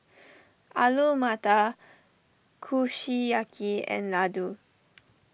Alu Matar Kushiyaki and Ladoo